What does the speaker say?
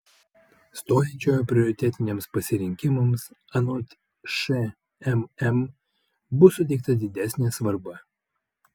stojančiojo prioritetiniams pasirinkimams anot šmm bus suteikta didesnė svarba